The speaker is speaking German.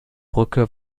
brücke